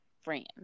friends